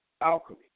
Alchemy